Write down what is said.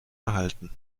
erhalten